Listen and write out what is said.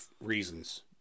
reasons